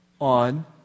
on